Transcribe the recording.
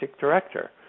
director